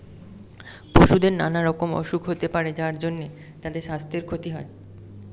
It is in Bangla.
পশুদের নানা রকমের অসুখ হতে পারে যার জন্যে তাদের সাস্থের ক্ষতি হয়